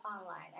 online